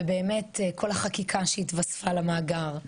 כל החקיקה שהתווספה למאגר,